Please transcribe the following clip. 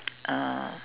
uh